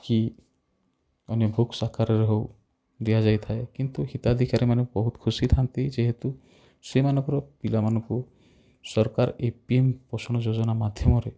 କି ଅନ୍ୟ ବୁକ୍ସ୍ ଆକାରରେ ହେଉ ଦିଆ ଯାଇଥାଏ କିନ୍ତୁ ହିତାଧିକାରୀ ମାନେ ବହୁତ ଖୁସି ଥାଆନ୍ତି ଯେହେତୁ ସେମାନଙ୍କର ପିଲାମାନଙ୍କୁ ସରକାର ଏଇ ପି ଏମ୍ ପୋଷଣ ଯୋଜନା ମାଧ୍ୟମରେ